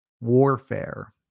warfare